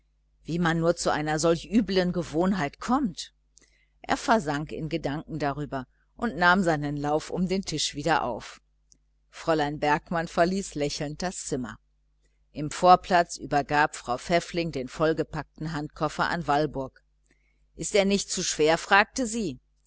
wie man nur zu solchen übeln gewohnheiten kommt er versank in gedanken darüber und nahm seinen lauf um den tisch wieder auf fräulein bergmann verließ lächelnd das zimmer im vorplatz übergab frau pfäffling den vollgepackten handkoffer an walburg ist er nicht zu schwer fragte sie